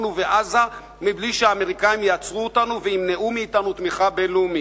ובעזה בלי שהאמריקנים יעצרו אותנו וימנעו מאתנו תמיכה בין-לאומית?